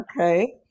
okay